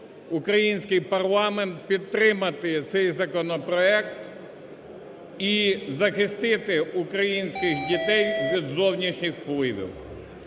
український парламент підтримати цей законопроект і захистити українських дітей від зовнішніх впливів.